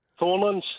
Thornlands